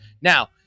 Now